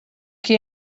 que